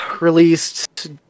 released